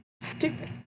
stupid